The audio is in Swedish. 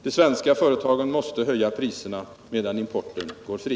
De svenska företagen måste höja priserna — medan importen går fri.